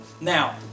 Now